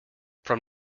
from